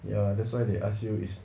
ya that's why they ask you is